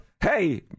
Hey